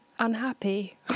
unhappy